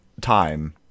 time